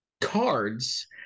cards